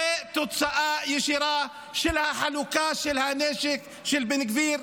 זו תוצאה ישירה של החלוקה של הנשק של בן גביר.